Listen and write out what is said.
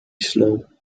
slow